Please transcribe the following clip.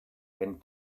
went